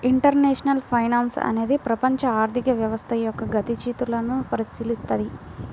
international finance అనేది ప్రపంచ ఆర్థిక వ్యవస్థ యొక్క గతిశీలతను పరిశీలిత్తది